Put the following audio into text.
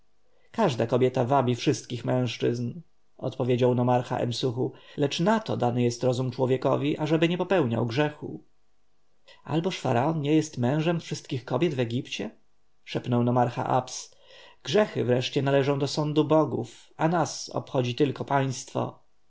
każda kobieta wabi wszystkich mężczyzn odpowiedział nomarcha emsuchu lecz na to dany jest rozum człowiekowi aby nie popełniał grzechu alboż faraon nie jest mężem wszystkich kobiet w egipcie szepnął nomarcha abs grzechy wreszcie należą do sądu bogów a nas obchodzi tylko państwo